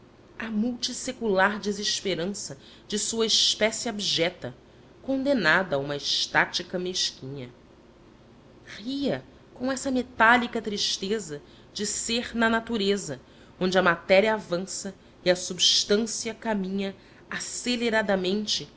a multissecular desesperança de sua espécia abjeta condenada a uma estática mesquinha ria com essa metálica tristeza de ser na natureza onde a matéria avança e a substância caminha aceleradamente